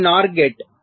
ఇది NOR gate